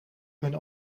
hun